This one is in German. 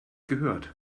gehört